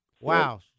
Wow